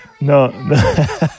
No